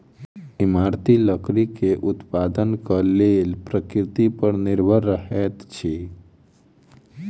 इमारती लकड़ीक उत्पादनक लेल प्रकृति पर निर्भर रहैत छी